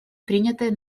принятой